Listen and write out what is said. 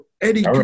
Eddie